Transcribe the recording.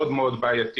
מאוד מאוד בעייתיים.